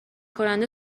کننده